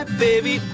baby